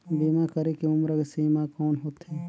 बीमा करे के उम्र सीमा कौन होथे?